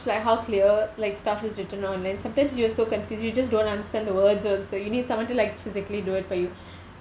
like how clear like stuff is written on like sometimes you're just so confused you just don't understand the words also you need someone to like physically do it for you